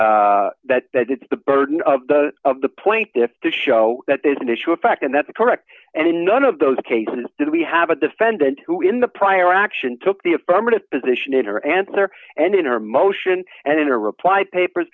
they that that it's the burden of the of the plaintiffs to show that there's an issue of fact and that's correct and in none of those cases did we have a defendant who in the prior action took the affirmative position in her answer and in her motion and in her reply papers